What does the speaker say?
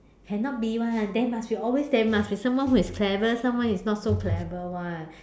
cannot be [one] there must be always there must be someone who is clever someone who's not so clever [one]